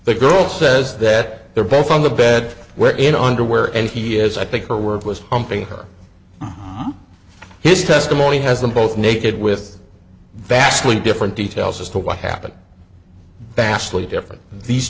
the girl says that they're both on the bed where in underwear and he is i think her work was pumping her his testimony has them both naked with vastly different details as to what happened vastly different these